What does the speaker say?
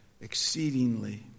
exceedingly